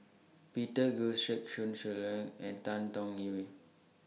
Peter Gilchrist Sun and Tan Tong Hye